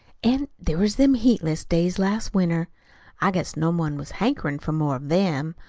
an' there was them heatless days last winter i guess no one was hankerin' for more of them.